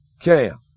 Cam